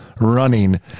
running